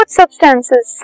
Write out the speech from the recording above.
substances